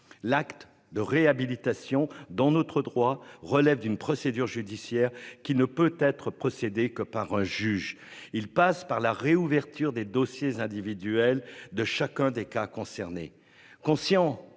L'acte de réhabilitation dans notre droit, relève d'une procédure judiciaire qui ne peut être procédé que par un juge. Il passe par la réouverture des dossiers individuels de chacun des cas concernés.